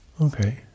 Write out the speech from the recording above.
Okay